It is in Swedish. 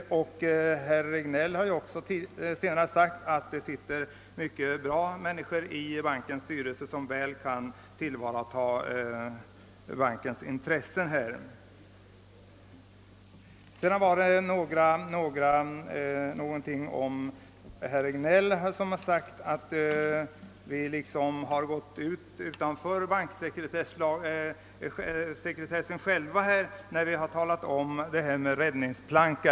För övrigt har herr Regnéll nu senast sagt att det sitter mycket bra människor i bankens styrelse som väl kan tillvarata dess intressen. Herr Regnéll menar vidare att vi själva har gått utanför banksekretessen när vi har talat om räddningsplanka.